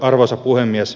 arvoisa puhemies